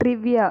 trivia